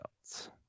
else